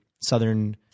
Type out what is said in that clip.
southern